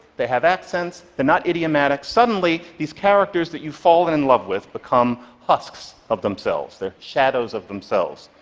they have accents, they're not idiomatic. suddenly these characters that you've fallen in love with become husks of themselves, they're shadows of themselves.